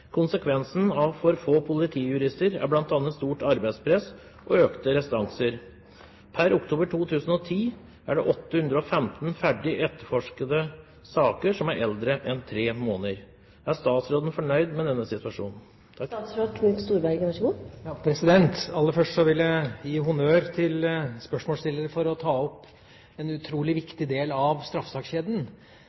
Konsekvensen av for få politijurister er bl.a. stort arbeidspress og økte restanser. Per oktober 2010 er det 815 ferdige etterforskede saker som er eldre enn tre måneder. Er statsråden fornøyd med denne situasjonen?» Aller først vil jeg gi honnør til spørsmålsstilleren for å ta opp en utrolig viktig del av